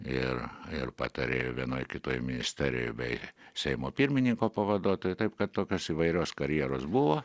ir ir patarėju vienoj kitoj ministerijoj bei seimo pirmininko pavaduotoju taip kad tokios įvairios karjeros buvo